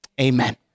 Amen